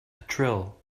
trill